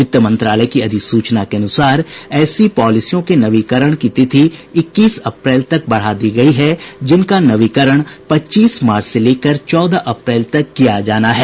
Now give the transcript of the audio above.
वित्त मंत्रालय की अधिसूचना के अनुसार ऐसी पॉलिसियों के नवीकरण की तिथि इक्कीस अप्रैल तक बढ़ा दी गई है जिनका नवीकरण पच्चीस मार्च से लेकर चौदह अप्रैल तक किया जाना है